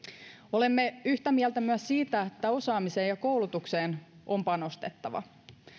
olemme yhtä mieltä myös siitä että osaamiseen ja koulutukseen on panostettava